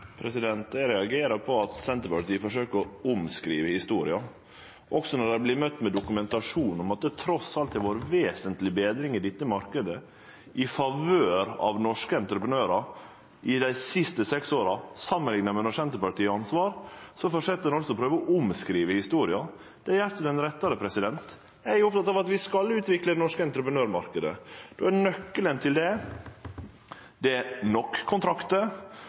Eg reagerer på at Senterpartiet forsøker å omskrive historia – også når dei vert møtte med dokumentasjon på at det trass alt har vore ei vesentleg betring i denne marknaden i favør av norske entreprenørar dei siste seks åra samanlikna med då Senterpartiet hadde ansvar. Ein held altså fram med å prøve å omskrive historia. Det gjer henne ikkje rettare. Eg er oppteken av at vi skal utvikle den norske entreprenørmarknaden. Og nøkkelen til det er nok